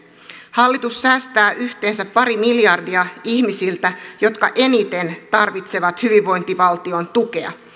hallitus säästää yhteensä pari miljardia ihmisiltä jotka eniten tarvitsevat hyvinvointivaltion tukea